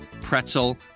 pretzel